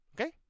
Okay